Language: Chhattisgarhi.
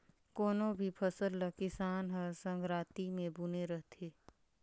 कोनो भी फसल ल किसान हर संघराती मे बूने रहथे